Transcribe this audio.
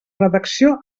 redacció